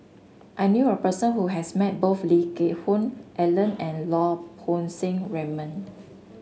I knew a person who has met both Lee Geck Hoon Ellen and Lau Poo Seng Raymond